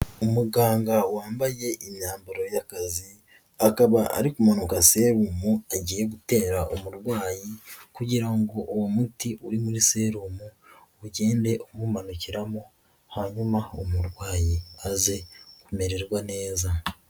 Umuganga wambaye imyambaro y'akazi, akaba ari kumanika serumu agiye gutera umurwayi kugira ngo uwo muti uri muri serum ugende umumanukiramo, hanyuma umurwayi aze kumererwa neza.